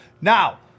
Now